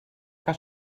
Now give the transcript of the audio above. que